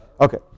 Okay